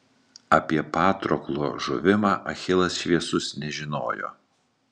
apie patroklo žuvimą achilas šviesus nežinojo